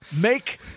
Make